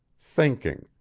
thinking,